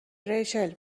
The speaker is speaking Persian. ریچل